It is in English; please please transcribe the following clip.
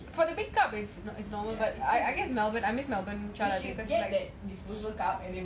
actually not bad